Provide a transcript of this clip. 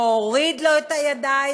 להוריד לו את הידיים?